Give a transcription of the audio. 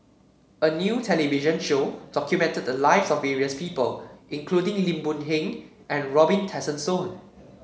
a new television show documented the lives of various people including Lim Boon Heng and Robin Tessensohn